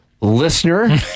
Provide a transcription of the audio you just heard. listener